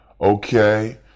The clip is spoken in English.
Okay